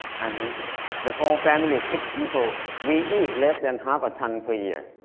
and and the whole family, six people, we eat less than half a ton per year.